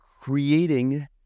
creating